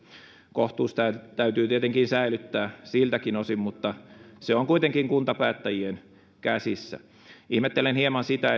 kohtuus täytyy täytyy tietenkin säilyttää siltäkin osin mutta se on kuitenkin kuntapäättäjien käsissä ihmettelen hieman sitä